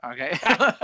okay